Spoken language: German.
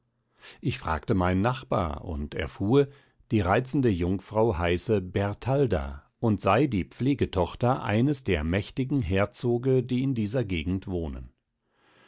ich fragte meinen nachbar und erfuhr die reizende jungfrau heiße bertalda und sei die pflegetochter eines der mächtigen herzoge die in dieser gegend wohnen